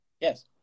Yes